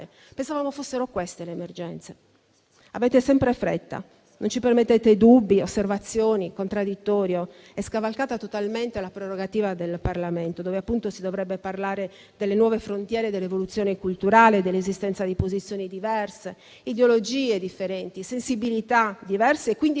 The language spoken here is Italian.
Pensavamo fossero queste le emergenze. Avete sempre fretta, non ci permettete dubbi, osservazioni, contraddittorio; è scavalcata totalmente la prerogativa del Parlamento, dove appunto si dovrebbe parlare delle nuove frontiere dell'evoluzione culturale, dell'esistenza di posizioni diverse, di ideologie differenti, di sensibilità diverse e quindi